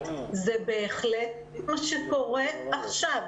זה בהחלט מה שקורה עכשיו.